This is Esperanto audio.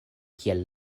kiel